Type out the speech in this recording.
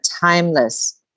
timeless